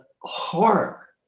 horror